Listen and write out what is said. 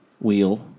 wheel